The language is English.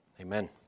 Amen